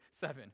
seven